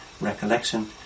recollection